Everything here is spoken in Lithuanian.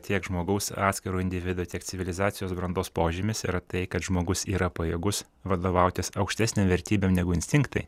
tiek žmogaus atskiro individo tiek civilizacijos brandos požymis yra tai kad žmogus yra pajėgus vadovautis aukštesne vertybe negu instinktai